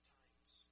times